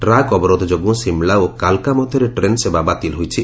track ଅବରୋଧ ଯୋଗୁଁ ସିମଳା ଓ କାଲକା ମଧ୍ୟରେ ଟ୍ରେନ୍ ସେବା ବାତିଲ ହୋଇଛି